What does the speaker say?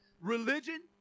Religion